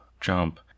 jump